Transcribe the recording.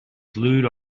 glued